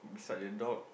beside the dog